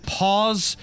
pause